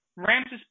Ramses